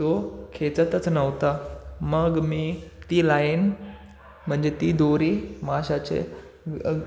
तो खेचतच नव्हता मग मी ती लाईन म्हणजे ती दोरी माशाचे